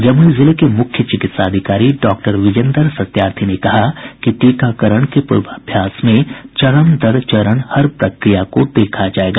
जमुई जिले के मुख्य चिकित्सा अधिकारी डॉक्टर विजेन्दर सत्यार्थी ने कहा कि टीकाकारण के पूर्वाभ्यास में चरण दर चरण हर प्रक्रिया को देखा जायेगा